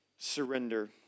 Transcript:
surrender